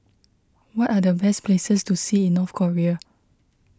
what are the best places to see in North Korea